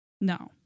no